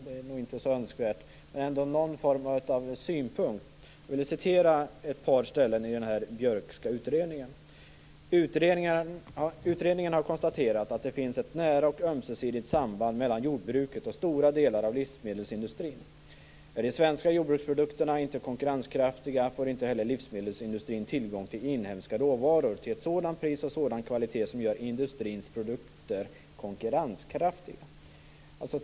Det är nog inte så önskvärt. Men någon form av synpunkt vill jag ha. Jag skall citera ett par ställen i den "Utredningen har konstaterat att det finns ett nära och ömsesidigt samband mellan jordbruket och stora delar av livsmedelsindustrin. Är de svenska jordbruksprodukterna inte konkurrenskraftiga, får inte heller livsmedelsindustrin tillgång till inhemska råvaror till ett sådant pris och sådan kvalité som gör industrins produkter konkurrenskraftiga."